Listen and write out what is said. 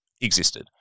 existed